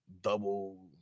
double